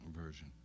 version